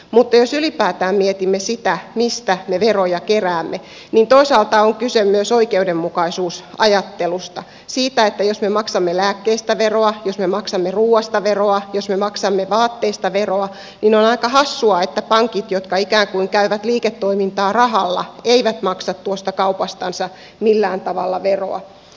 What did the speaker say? mutta jos ylipäätään mietimme sitä mistä me veroja keräämme niin toisaalta on kyse myös oikeudenmukaisuusajattelusta siitä että jos me maksamme lääkkeistä veroa jos me maksamme ruuasta veroa jos me maksamme vaatteista veroa niin on aika hassua että pankit jotka ikään kuin käyvät liiketoimintaa rahalla eivät maksa tuosta kaupastansa millään tavalla veroa